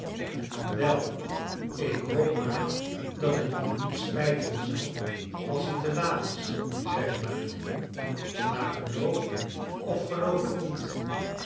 wel ik hoop maar dat het u niet spijten zal als het te laat is zeide marie maar geloof of geloof het niet